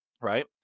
right